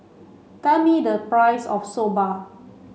tell me the price of Soba